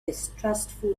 distrustful